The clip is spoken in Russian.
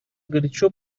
горячо